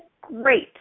great